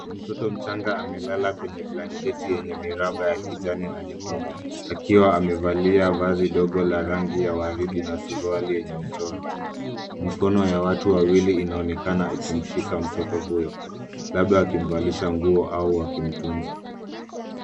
Mtoto mchanga amelala kwenye blanketi yenye miraba ya kijani na nyekundu akiwa amevalia vazi ndogo la rangi ya waridi na suruali yenye michoro. Mikono ya watu wawili inaonekana ikimshika mtoto huyo labda wakimvalisha nguo au wakimtunza.